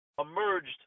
emerged